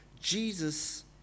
Jesus